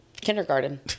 kindergarten